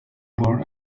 born